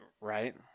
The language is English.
right